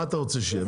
מה אתה רוצה שיהיה?